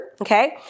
Okay